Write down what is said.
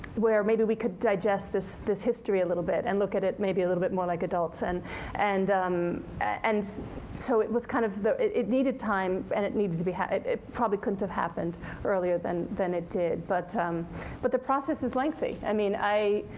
where maybe we could digest this this history a little bit and look at it maybe a little bit more like adults. and and um and so it was kind of the it it needed time, and it needed to be it it probably couldn't have happened earlier than than it did. but um but the process is lengthy. i mean,